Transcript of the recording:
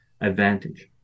advantage